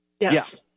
Yes